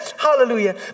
Hallelujah